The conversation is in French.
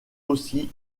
aussi